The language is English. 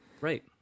Right